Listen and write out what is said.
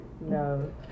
no